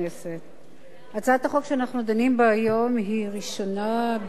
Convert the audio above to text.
הצעת החוק שאנו דנים בה היום איננה ראשונה